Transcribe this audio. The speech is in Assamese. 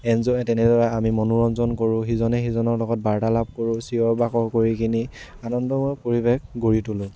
এনজয় তেনেদৰে আমি মনোৰঞ্জন কৰোঁ সিজনে সিজনৰ লগত বাৰ্তালাপ কৰোঁ চিঞৰ বাখৰ কৰি কিনি আনন্দময় পৰিৱেশ গঢ়ি তোলোঁ